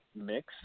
mix